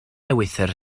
ewythr